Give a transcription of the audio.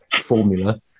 formula